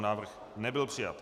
Návrh nebyl přijat.